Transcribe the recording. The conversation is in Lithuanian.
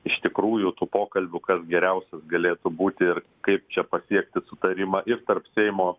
iš tikrųjų tų pokalbių kas geriausias galėtų būti ir kaip čia pasiekti sutarimą ir tarp seimo